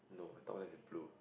my top left is blue